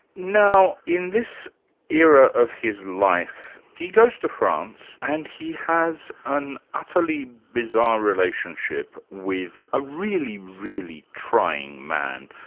now in this era of his life, he goes to france and he has an utterly bizarre relationship with a really, really trying man,